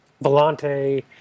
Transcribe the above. Volante